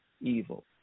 evil